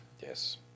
Yes